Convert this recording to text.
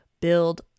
build